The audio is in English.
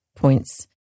Points